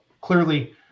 Clearly